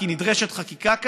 כי נדרשת חקיקה כאן,